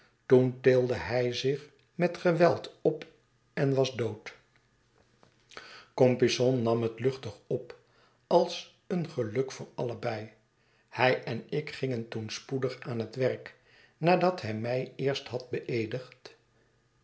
toen tilde hij zich met geweld op en was dood compeyspn nam het luchtig op als een geluk voor allebei hij en ik gingen toen spoedig aan het werk nadat hij mij eerst had beeedigd